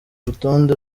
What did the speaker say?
urutonde